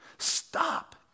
Stop